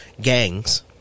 gangs